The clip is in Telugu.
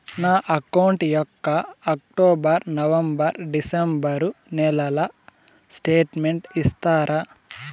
నా అకౌంట్ యొక్క అక్టోబర్, నవంబర్, డిసెంబరు నెలల స్టేట్మెంట్ ఇస్తారా?